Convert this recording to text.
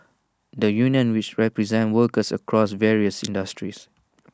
the union which represents workers across various industries